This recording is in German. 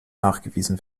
nachgewiesen